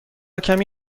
کمی